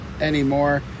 anymore